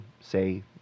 say